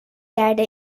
کرده